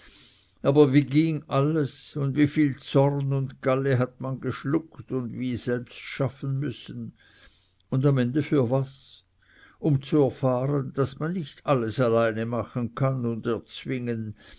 aber wie ging alles und wie viel zorn und galle hat man geschluckt und wie selbst schaffen müssen und am ende für was um zu erfahren daß man nicht alles alleine machen kann und erzwingen